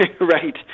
Right